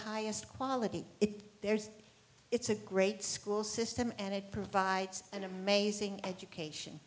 highest quality it's theirs it's a great school system and it provides an amazing education